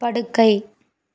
படுக்கை